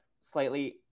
slightly